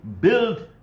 build